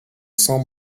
cents